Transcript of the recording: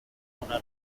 una